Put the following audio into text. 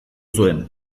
zuen